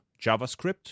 JavaScript